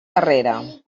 darrere